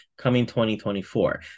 coming2024